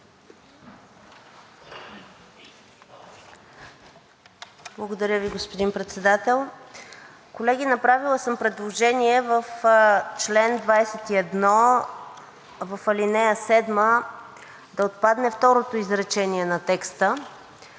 Благодаря Ви, господин Председател. Колеги, направила съм предложение в чл. 21, ал. 7 да отпадне второто изречение на текста